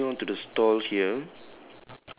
okay we moving on to the stall here